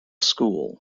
school